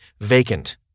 vacant